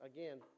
Again